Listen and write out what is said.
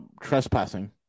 trespassing